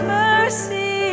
mercy